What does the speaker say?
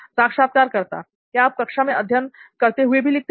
साक्षात्कारकर्ता क्या आप कक्षा में अध्ययन करते हुए भी लिखते हैं